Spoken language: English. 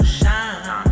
shine